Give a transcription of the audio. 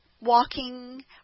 walking